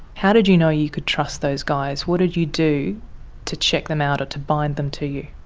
how did you know you could trust those guys, what did you do to check them out or to bind them to you?